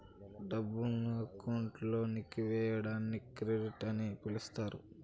డబ్బులు అకౌంట్ లోకి వేయడాన్ని క్రెడిట్ అని పిలుత్తారు